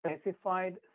specified